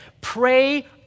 pray